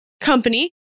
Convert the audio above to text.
company